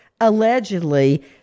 allegedly